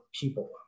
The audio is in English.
people